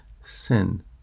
sin